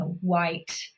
white